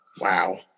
wow